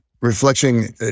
reflecting